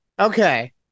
Okay